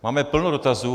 Máme plno dotazů.